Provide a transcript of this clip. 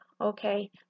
Okay